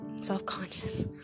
Self-conscious